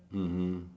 mmhmm